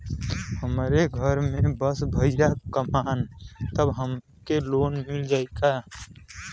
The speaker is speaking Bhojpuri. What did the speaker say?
हमरे घर में बस भईया कमान तब हमहन के लोन मिल जाई का?